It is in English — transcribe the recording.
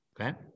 Okay